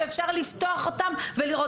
ואפשר לפתוח אותן בכל רגע של היום,